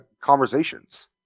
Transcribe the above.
conversations